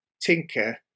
tinker